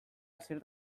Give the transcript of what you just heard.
aldatu